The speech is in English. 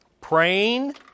praying